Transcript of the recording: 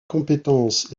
compétences